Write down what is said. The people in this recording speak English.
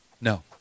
No